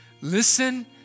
Listen